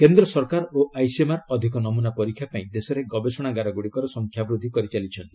କେନ୍ଦ୍ର ସରକାର ଓ ଆଇସିଏମ୍ଆର୍ ଅଧିକ ନମ୍ମନା ପରୀକ୍ଷା ପାଇଁ ଦେଶରେ ଗବେଷଣାଗାରଗୁଡ଼ିକର ସଂଖ୍ୟା ବୃଦ୍ଧି କରିଚାଲିଛନ୍ତି